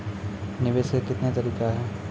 निवेश के कितने तरीका हैं?